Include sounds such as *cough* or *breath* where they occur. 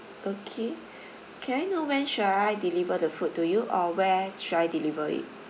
okay *breath* can I know when should I deliver the food to you uh where should I deliver it